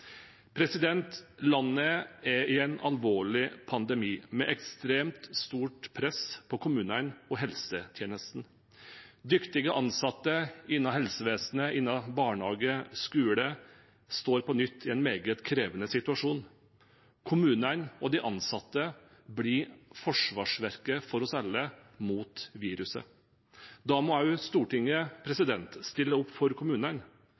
Landet er i en alvorlig pandemi med ekstremt stort press på kommunene og helsetjenestene. Dyktige ansatte innenfor helsevesen, barnehage og skole står på nytt i en meget krevende situasjon. Kommunene og de ansatte blir forsvarsverket for oss alle mot viruset. Da må også Stortinget stille opp for kommunene.